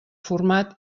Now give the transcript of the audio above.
format